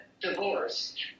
divorced